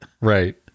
Right